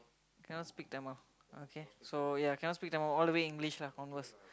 cannot speak Tamil okay so ya cannot speak Tamil all the way speak English lah converse